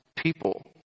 People